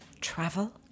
Travel